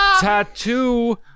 tattoo